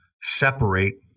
separate